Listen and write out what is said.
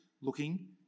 looking